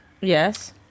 Yes